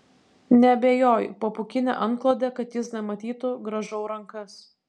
neabejoju po pūkine antklode kad jis nematytų grąžau rankas